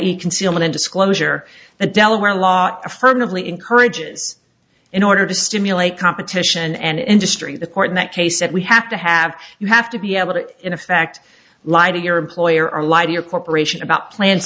e concealment and disclosure the delaware law affirmatively encourages in order to stimulate competition and industry the court in that case said we have to have you have to be able to in effect lie to your employer or lie to your corporation about plan